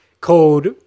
called